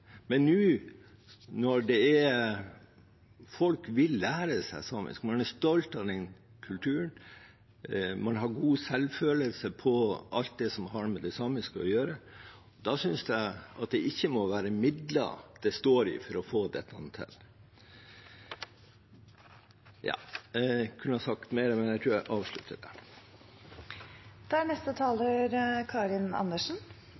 Men nå når folk vil lære seg samisk, man er stolt av den kulturen, man har god selvfølelse på alt det som har med det samiske å gjøre, synes jeg at det ikke må være midler det står på, for å få dette til. Jeg kunne ha sagt mer, men jeg tror jeg avslutter der. Først til oppfølgingen av Riksrevisjonens rapport og NOU-en Hjertespråket: Det er